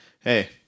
Hey